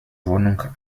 wohnung